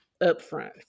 upfront